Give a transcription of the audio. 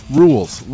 rules